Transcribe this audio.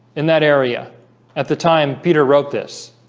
in that area at the time peter wrote this